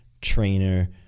trainer